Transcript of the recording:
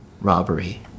Robbery